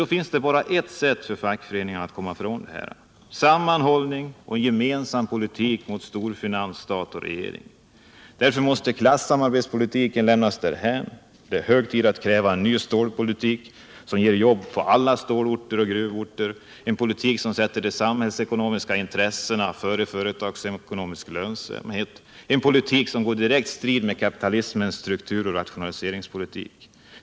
Då finns det dock bara ett sätt för fackföreningarna att komma ifrån det här, nämligen sammanhållning i gemensam politik mot storfinans, stat och regering. Därför måste klassamarbetspolitiken lämnas därhän. Det är hög tid att kräva en ny stålpolitik som ger jobb på alla stålorter, en politik som sätter de samhällsekonomiska intressena före företagsekonomisk lönsamhet, en politik som står i direkt strid med kapitalismens strukturoch rationaliseringspolitik.